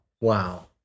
Wow